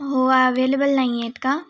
हो आवेलेबल नाही आहेत का